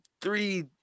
three